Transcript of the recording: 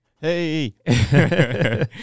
Hey